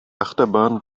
achterbahn